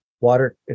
Water